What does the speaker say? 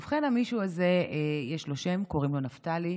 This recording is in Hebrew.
ובכן, המישהו הזה, יש לו שם, קוראים לו נפתלי.